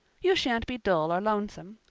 you sha'n't be dull or lonesome.